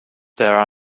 there